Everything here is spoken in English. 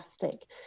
fantastic